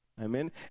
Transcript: Amen